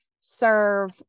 serve